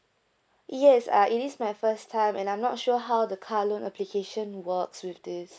yes uh it is my first time and I'm not sure how the car loan application works with this